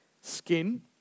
skin